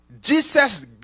Jesus